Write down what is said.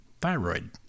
thyroid